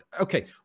okay